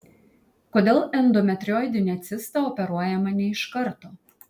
kodėl endometrioidinė cista operuojama ne iš karto